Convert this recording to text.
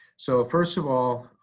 so first of all,